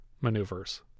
maneuvers